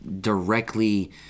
directly